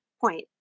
point